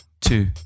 two